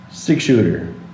Six-shooter